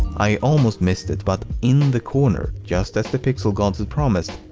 i almost missed it but in the corner, just as the pixel gods had promised,